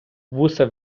вуса